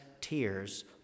tears